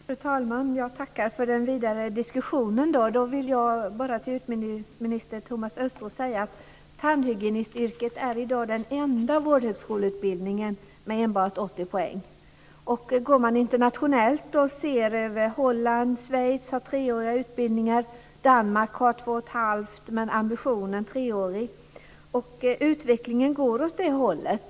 Fru talman! Jag tackar för den vidare diskussionen. Jag vill bara säga till utbildningsminister Thomas Östros att tandhygienistutbildningen i dag är den enda vårdhögskoleutbildningen med enbart 80 poäng. Om vi tittar internationellt kan vi se att Holland och Schweiz har treåriga utbildningar. I Danmark är den två och ett halvt år, men ambitionen är att den ska bli treårig. Utvecklingen går åt det hållet.